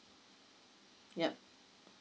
yup